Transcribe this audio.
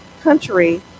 country